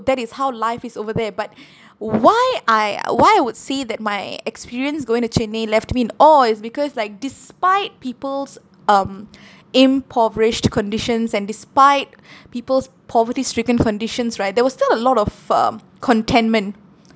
that is how life is over there but why I why I would say that my experience going to chennai left me in awe is because like despite people's um impoverished conditions and despite people's poverty stricken conditions right there were still a lot of um contentment